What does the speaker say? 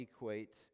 equates